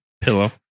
pillow